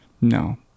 No